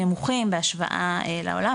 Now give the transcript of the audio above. נמוכים בהשוואה לעולם,